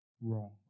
wrong